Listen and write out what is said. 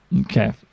Okay